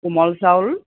কোমল চাউল